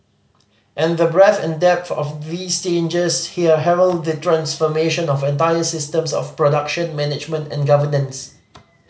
and the breadth and depth of these changes here herald the transformation of entire systems of production management and governance